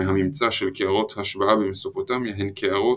מהממצא של קערות השבעה במסופוטמיה הן קערות